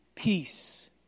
peace